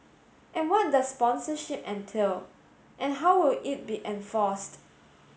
and what does sponsorship entail and how will it be enforced